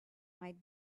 might